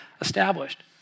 established